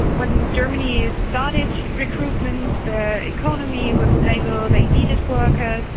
when germany started recruitment, the economy was stable, they needed workers,